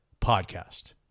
podcast